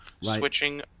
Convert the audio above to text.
switching